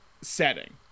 setting